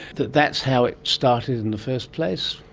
that that's how it started in the first place?